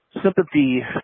Sympathy